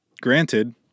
Granted